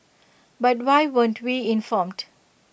but why weren't we informed